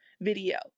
video